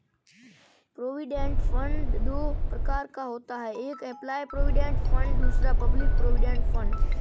provident fund दो प्रकार का होता है एक एंप्लॉय प्रोविडेंट फंड दूसरा पब्लिक प्रोविडेंट फंड